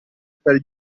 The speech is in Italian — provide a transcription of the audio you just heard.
per